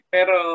Pero